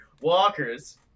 Walkers